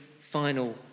final